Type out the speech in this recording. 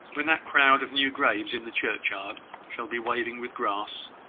when that crowd of new graves in the churchyard shall be waving with grass,